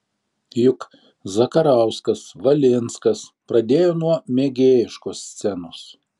juk zakarauskas valinskas pradėjo nuo mėgėjiškos scenos